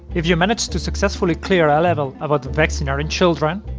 if you manage to successfully clear a level about vaccinating children,